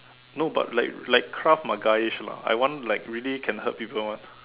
no but like like krav-magaish lah I want like really can hurt people [one]